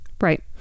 Right